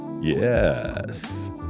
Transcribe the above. Yes